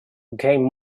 became